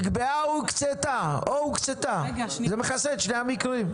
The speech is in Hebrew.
נקבעה או הוקצתה, זה מכסה את שני המקרים.